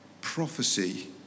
prophecy